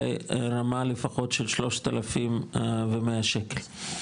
לרמה לפחות של 3,100 שקל.